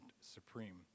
supreme